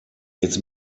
its